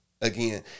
again